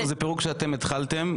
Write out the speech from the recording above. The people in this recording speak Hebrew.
זה פירוק שאתם התחלתם,